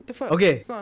Okay